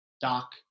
doc